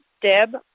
Deb